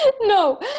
No